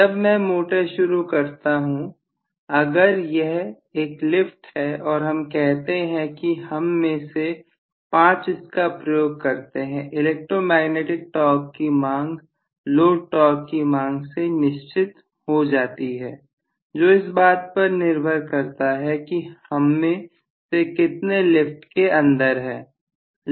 जब मैं मोटर शुरू करता हूं अगर यह एक लिफ्ट है और हम कहते हैं कि हम में से पांच इसका प्रयोग करते हैं इलेक्ट्रोमैग्नेटिक टॉर्क की मांग लोड टॉर्क की मांग से निश्चित हो जाती है जो इस बात पर निर्भर करता है कि हममें से कितने लिफ्ट के अंदर है